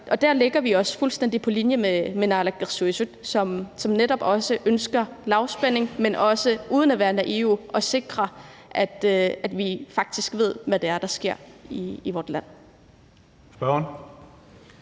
Der lægger vi os fuldstændig på linje med naalakkersuisut, som netop også ønsker lavspænding, men også – uden at være naive – at sikre, at vi faktisk ved, hvad det er, der sker i vort land.